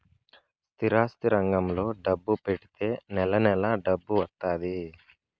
స్థిరాస్తి రంగంలో డబ్బు పెడితే నెల నెలా డబ్బు వత్తాది